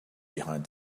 behind